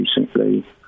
recently